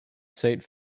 saint